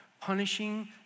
punishing